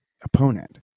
opponent